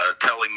telling